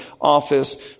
office